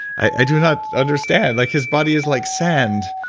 i do not understand. like his body is like sand.